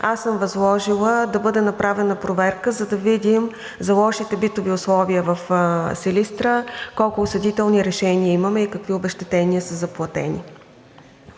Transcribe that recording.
Аз съм възложила да бъде направена проверка, за да видим за лошите битови условия в Силистра колко осъдителни решения имаме и какви обезщетения са заплатени.